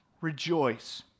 rejoice